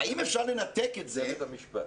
זה בית המשפט.